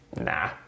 nah